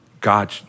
God